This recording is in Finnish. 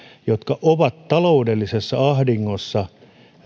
jotka ovat taloudellisessa ahdingossa